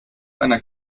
einer